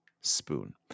spoon